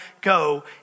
go